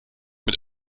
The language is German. mit